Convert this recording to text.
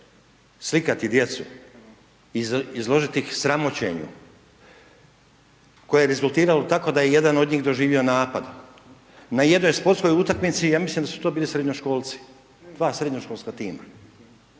Slikati djecu, izložiti ih sramoćenju koje je rezultiralo tako da je jedan od njih doživio napad. Na jednoj sportskoj utakmici, ja mislim da su to bili srednjoškolci, dva srednjoškolska tima.